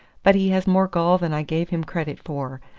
but he has more gall than i gave him credit for.